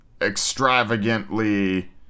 extravagantly